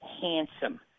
handsome